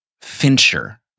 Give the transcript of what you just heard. Fincher